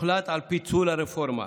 הוחלט על פיצול הרפורמה